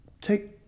take